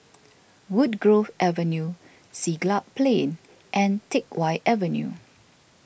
Woodgrove Avenue Siglap Plain and Teck Whye Avenue